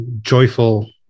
joyful